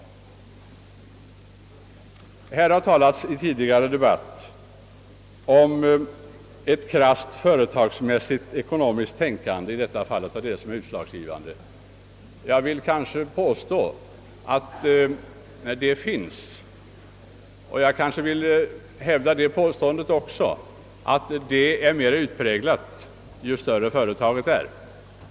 Här har i en tidigare debatt talats om att det är det krassa företagsmässiga ekonomiska tänkandet som är utslagsgivande. Ett sådant tänkande finns, och jag vill påstå att det är mera utpräglat ju större företaget är.